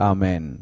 Amen